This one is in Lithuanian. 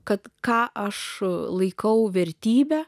kad ką aš laikau vertybe